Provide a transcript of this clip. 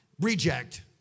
Reject